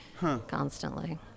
constantly